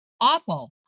awful